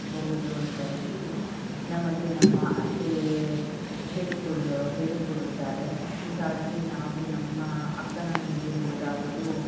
ಬಹುದು ಅಂತ ಹೇಳಿ ನಮಗೆ ನಮ್ಮ ಅತ್ತೆ ಹೇಳಿಕೊಳ್ಳು ಹೇಳಿಕೊಡುತ್ತಾರೆ ಹೀಗಾಗಿ ನಾವು ನಮ್ಮ ಅಕ್ಕನ ಮನೆಗೆ ಹೋದಾಗಲೂ